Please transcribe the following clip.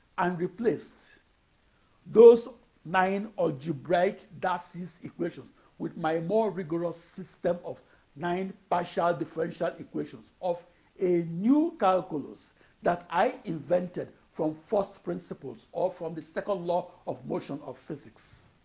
and replaced those nine algebraic darcy's equations with my more rigorous system of nine partial differential equations of a new calculus that i invented from first principles, or from the second law of motion of physics.